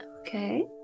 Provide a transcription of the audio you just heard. Okay